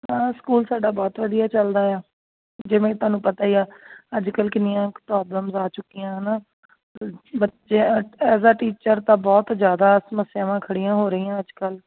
school ਸਾਡਾ ਬਹੁਤ ਵਧੀਆ ਚੱਲਦਾ ਆ ਜਿਵੇਂ ਤੁਹਾਨੂੰ ਪਤਾ ਹੀ ਆ ਅੱਜ ਕੱਲ੍ਹ ਕਿੰਨੀਆਂ ਪ੍ਰੋਬਲਮਸ ਆ ਚੁੱਕੀਆਂ ਹੈ ਨਾ ਬੱਚੇ ਐਸ ਆ ਟੀਚਰ ਤਾਂ ਬਹੁਤ ਜ਼ਿਆਦਾ ਸਮੱਸਿਆਵਾਂ ਖੜ੍ਹੀਆਂ ਹੋ ਰਹੀਆਂ ਅੱਜ ਕੱਲ੍ਹ